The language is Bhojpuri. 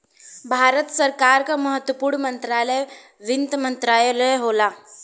भारत सरकार क महत्वपूर्ण मंत्रालय वित्त मंत्रालय होला